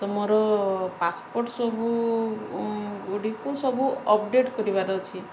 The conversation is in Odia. ତ ମୋର ପାସପୋର୍ଟ ସବୁ ଗୁଡ଼ିକୁ ସବୁ ଅପଡ଼େଟ୍ କରିବାର ଅଛି